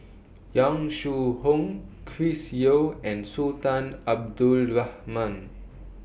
Yong Shu Hoong Chris Yeo and Sultan Abdul Rahman